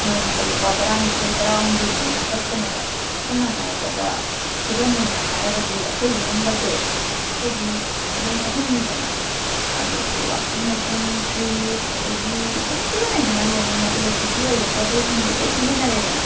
ꯅꯣꯡꯃꯗ ꯂꯨꯄꯥ ꯇꯔꯥꯅꯤꯊꯣꯏ ꯇꯔꯥꯍꯨꯝꯗꯣꯏꯒꯤ ꯃꯌꯥ ꯆꯠꯀꯅꯦꯕ ꯁꯝꯅ ꯍꯥꯏꯔꯕꯗ ꯈꯨꯗꯝ ꯑꯣꯏꯅ ꯍꯥꯏꯔꯒꯗꯤ ꯑꯩꯈꯣꯏ ꯏꯃꯨꯡꯒꯁꯦ ꯑꯩꯈꯣꯏꯗꯤ ꯌꯨꯝ ꯑꯍꯨꯝꯅꯤꯗꯅ ꯑꯗꯨꯗꯩ ꯋꯥꯁꯤꯡ ꯃꯦꯆꯤꯟ ꯐ꯭ꯔꯤꯖ ꯑꯗꯒꯤ ꯑꯗꯨꯝ ꯁꯤꯖꯤꯟꯅꯩꯗꯅ ꯂꯣꯏꯅꯃꯛ ꯏꯂꯦꯛꯇ꯭ꯔꯤꯛꯀꯤ ꯑꯣꯏꯕ ꯄꯣꯠ ꯆꯩꯁꯤꯡꯁꯦ ꯂꯣꯏ ꯁꯤꯖꯤꯟꯅꯔꯦꯗꯅ